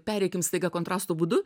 pereikim staiga kontrasto būdu